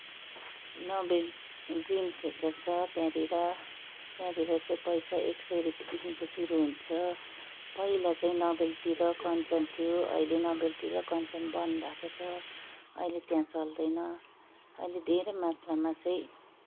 Nobel green theatre छ त्यहाँनिर त्यहाँनिर चाहिँ पैसा एक सौ रुपियाँदेखिको सुरु हुन्छ पहिला नबेलटी र कञ्चन थियो अहिले चै नबेलटी र कञ्चन बन्द भएको छ अहिले त्यहाँ चल्दैन अहिले धेरै मात्रामा चाहिँ